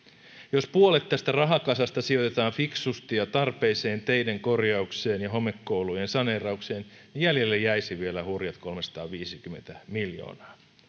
jos puolet tästä rahakasasta sijoitetaan fiksusti ja tarpeeseen teiden korjaukseen ja homekoulujen saneeraukseen jäljelle jäisi vielä hurjat kolmesataaviisikymmentä miljoonaa